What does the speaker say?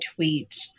tweets